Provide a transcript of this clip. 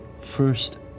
first